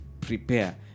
prepare